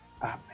Amen